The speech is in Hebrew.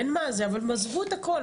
אבל עזבו את הכול,